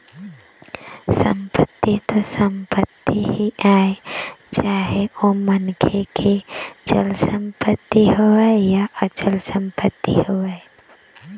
संपत्ति तो संपत्ति ही आय चाहे ओ मनखे के चल संपत्ति होवय या अचल संपत्ति होवय